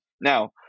now